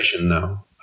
now